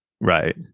Right